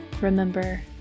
Remember